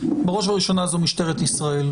בראש ובראשונה זו משטרת ישראל,